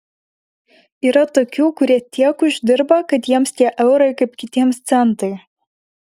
yra tokių kurie tiek uždirba kad jiems tie eurai kaip kitiems centai